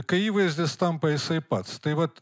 kai įvaizdis tampa jisai pats tai vat